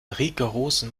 rigorosen